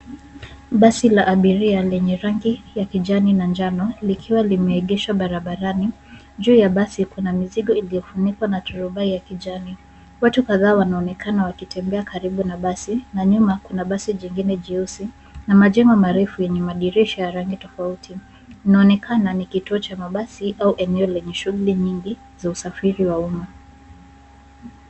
Basi la abiria lenye rangi ya kijani na njano likiwa limeegeshwa barabarani, juu ya basi kuna mizigo iliofunikwa na turubai ya kijani. Watu kadhaa wanonekana wakitembea karibu na basi na nyuma kuna basi jengine nyeusi na majengo marefu yenye dirisha ya rangi tofauti. Inaonekana ni kituo cha mabasi au eneo lenye shughuli nyingi za usafiri wa umma.